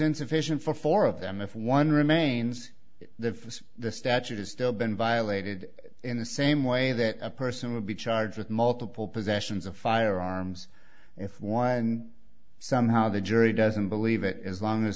insufficient for four of them if one remains the same the statute is still been violated in the same way that a person would be charged with multiple possessions of firearms if one somehow the jury doesn't believe that as long as